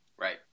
Right